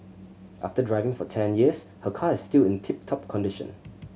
after driving for ten years her car is still in tip top condition